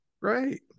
right